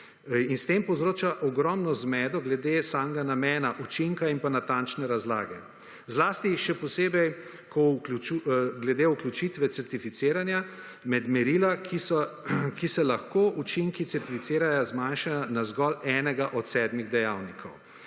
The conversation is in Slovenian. in s tem povzroča ogromno zmedo glede samega namena, učinka in pa natančne razlage zlasti še posebej glede vključitve certificiranja med merila, ki se lahko učinki certificiranja zmanjšajo na zgolj enega od sedmih dejavnikov,